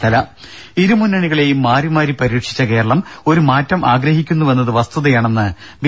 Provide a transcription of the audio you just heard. ദേദ ഇരുമുന്നണികളേയും മാറി മാറി പരീക്ഷിച്ച കേരളം ഒരു മാറ്റം ആഗ്രഹിക്കുന്നുവെന്നത് വസ്തുതയാണെന്ന് ബി